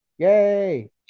Yay